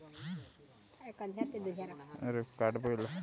कमती या जादा पानी के होए ले धान के बाली ह निकले ल नइ धरय